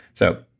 so,